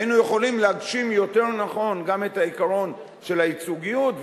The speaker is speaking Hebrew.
היינו יכולים להגשים יותר נכון גם את העיקרון של הייצוגיות,